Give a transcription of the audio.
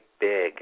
big